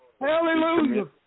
Hallelujah